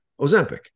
Ozempic